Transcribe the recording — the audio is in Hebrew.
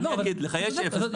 אני אגיד לך, יש אפס תחנות.